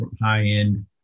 high-end